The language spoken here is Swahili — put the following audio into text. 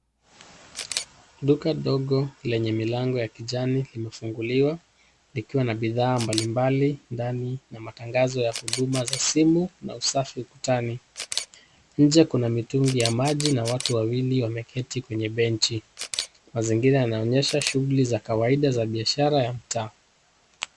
Duka dogo lenye milango ya kijani limefunguliwa likiwa na bidhaa mbalimbali ndani ya matangazo ya huduma za simu na usafi ukutani. Nje kuna mitungi ya maji na watu wawili wameketi kwenye benchi. Mazingira yanaonyesha shughuli za kawaida za biashara ya mtaa.